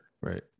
Right